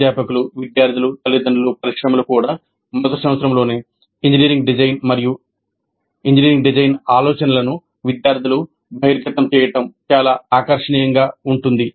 అధ్యాపకులు విద్యార్థులు తల్లిదండ్రులు పరిశ్రమలు కూడా మొదటి సంవత్సరంలోనే ఇంజనీరింగ్ డిజైన్ మరియు ఇంజనీరింగ్ డిజైన్ ఆలోచనలను విద్యార్థులు బహిర్గతం చేయడం చాలా ఆకర్షణీయంగా ఉంది